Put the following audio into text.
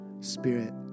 Spirit